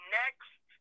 next